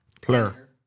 Player